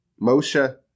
Moshe